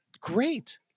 Great